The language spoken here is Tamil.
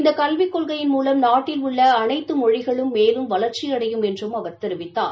இந்த கல்விக் கொள்கையின் மூலம் நாட்டில் உள்ள அனைத்து மொழிகளும் மேலும் வளர்ச்சியடையும் என்றும் அவர் தெரிவித்தார்